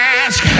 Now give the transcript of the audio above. ask